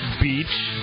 beach